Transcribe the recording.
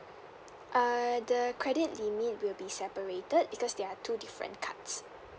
uh the credit limit will be separated because they are two different cards